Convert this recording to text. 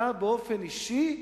אתה, באופן אישי,